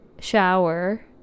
shower